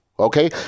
Okay